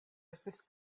estis